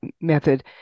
method